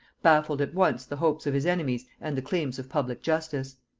baffled at once the hopes of his enemies and the claims of public justice.